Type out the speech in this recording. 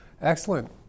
Excellent